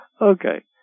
Okay